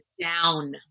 down